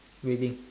waving